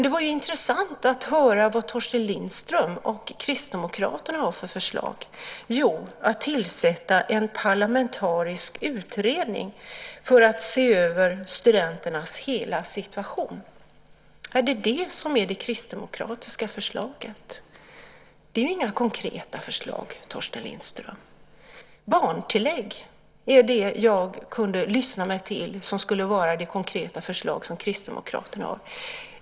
Det var intressant att höra vad Torsten Lindström och Kristdemokraterna har för förslag, nämligen att tillsätta en parlamentarisk utredning för att se över studenternas hela situation. Är det det som är det kristdemokratiska förslaget? Det är inga konkreta förslag, Torsten Lindström! Barntillägg är det som jag kunde lyssna mig till som skulle kunna vara det konkreta förslag som Kristdemokraterna har.